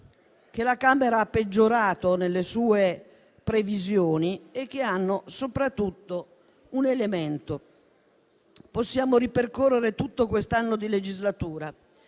che la Camera ha peggiorato nelle sue previsioni, che presentano soprattutto un elemento. Possiamo infatti ripercorrere tutto quest'anno di legislatura